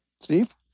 Steve